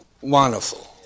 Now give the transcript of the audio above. wonderful